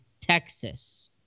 Texas